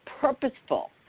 purposeful